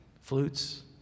flutes